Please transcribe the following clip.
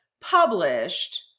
published